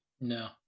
No